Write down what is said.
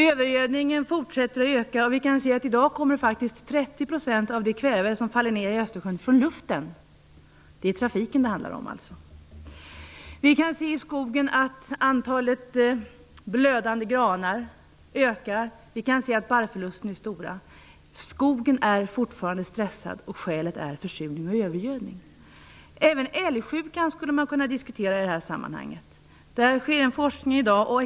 Övergödningen fortsätter att öka. I dag kommer faktiskt 30 % av det kväve som faller ned i Östersjön från luften. Det är alltså trafiken det handlar om. Vi kan se i skogen att antalet blödande granar ökar. Vi kan se att barrförlusterna är stora. Skogen är fortfarande stressad, och skälet är försurning och övergödning. Även älgsjukan skulle man kunna diskutera i det här sammanhanget. Där sker i dag en forskning.